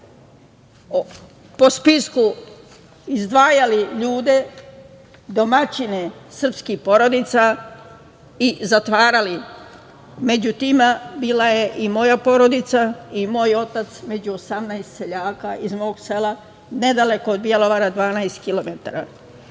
po spisku izdvajali ljude, domaćine srpskih porodica i zatvarali, među tim bila je i moja porodica i moj otac, među 18 seljaka iz mog sela, nedaleko od Bjelovara, 12 kilometara.